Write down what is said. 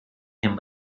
him